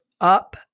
up